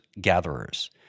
gatherers